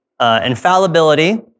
Infallibility